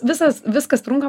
visas viskas trunka